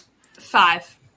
Five